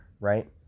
right